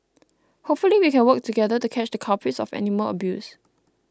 hopefully we can work together to catch the culprits of animal abuse